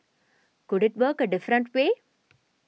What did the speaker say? could it work a different way